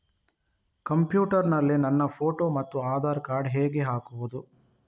Computer ನಲ್ಲಿ ನನ್ನ photo ಮತ್ತು ಆಧಾರ್ ಕಾರ್ಡ್ ಹೇಗೆ ಹಾಕುವುದು?